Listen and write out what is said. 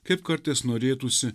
kaip kartais norėtųsi